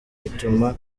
bituma